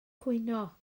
cwyno